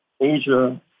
Asia